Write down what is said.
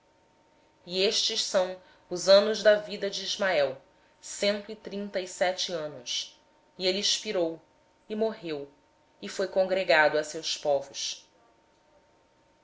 estes são os anos da vida de ismael cento e trinta e sete anos e ele expirou e morrendo foi cogregado ao seu povo